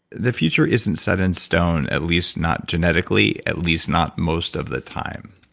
the future isn't set in stone, at least not genetically, at least not most of the time.